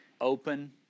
open